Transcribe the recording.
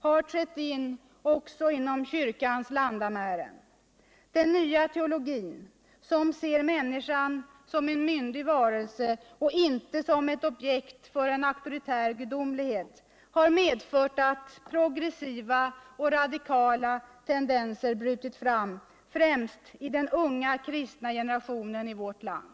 har trätt in också inom kyrkans landamären. Den nya tcologin, som ser människan som en myndig varelse, inte som ett objekt för en auktoritär gudomlighet, har medfört att progressiva och radikala tendenser brutit fram främst i den unga kristna generationen i vårt land.